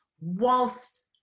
whilst